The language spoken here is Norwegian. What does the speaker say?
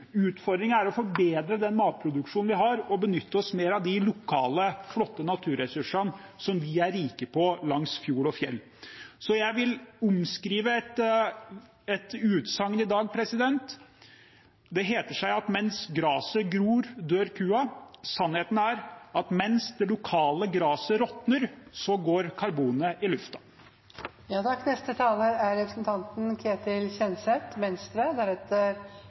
er å forbedre den matproduksjonen vi har, og benytte oss mer av de lokale, flotte naturressursene som vi er rike på langs fjord og fjell. Så jeg vil omskrive et utsagn i dag. Det heter seg at mens graset gror, dør kua. Sannheten er at mens det lokale graset råtner, går karbonet i lufta. Jeg starter hos Senterpartiet, for representanten